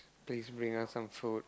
please bring us some food